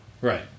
Right